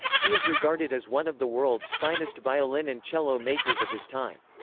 he is regarded as one of the world's finest violin and cello makers of his time.